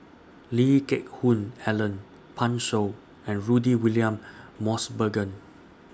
Lee Geck Hoon Ellen Pan Shou and Rudy William Mosbergen